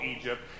Egypt